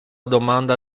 domanda